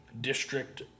district